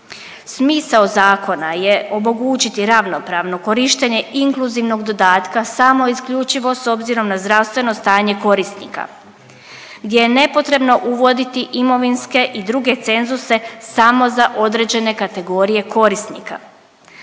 Smisao zakona je omogućiti ravnopravno korištenje inkluzivnog dodatka samo i isključivo s obzirom na zdravstveno stanje korisnika, gdje je nepotrebno uvoditi imovinske i druge cenzuse samo za određene kategorije korisnika.